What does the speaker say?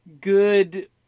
Good